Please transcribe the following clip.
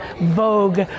Vogue